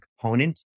component